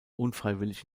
unfreiwillig